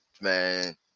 Man